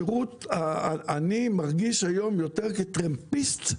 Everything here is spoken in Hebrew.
אני מרגיש היום יותר כטרמפיסט,